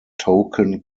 token